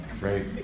Right